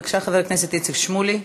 בבקשה, חבר הכנסת איציק שמולי.